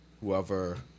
whoever